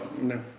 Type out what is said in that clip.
no